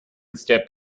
step